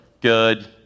good